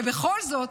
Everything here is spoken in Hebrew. ובכל זאת,